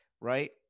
right